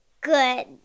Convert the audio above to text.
good